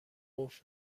قفل